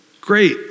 great